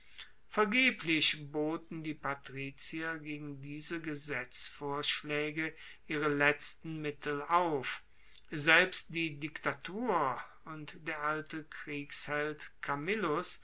vergeblich boten die patrizier gegen diese gesetzvorschlaege ihre letzten mittel auf selbst die diktatur und der alte kriegsheld camillus